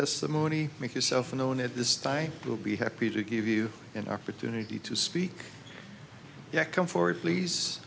testimony make yourself known at this time i will be happy to give you an opportunity to speak yet come forward pleas